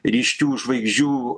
ryškių žvaigždžių